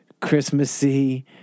Christmassy